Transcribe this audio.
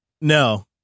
No